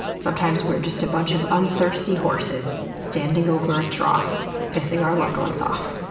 sometimes, we're just a bunch of unthirsty horses standing over a trough pissing our loved ones off.